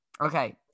Okay